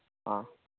ꯑ